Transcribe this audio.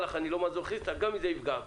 לא מזוכיסט, אבל גם אם זה יפגע בי.